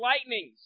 lightnings